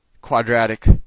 quadratic